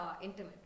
intimate